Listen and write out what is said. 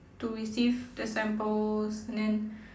to receive the samples and then